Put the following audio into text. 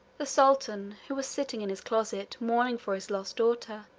the sultan, who was sitting in his closet, mourning for his lost daughter,